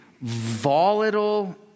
volatile